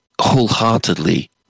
wholeheartedly